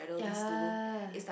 ya